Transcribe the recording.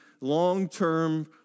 long-term